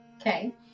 Okay